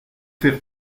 faire